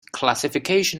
classification